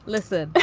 listen,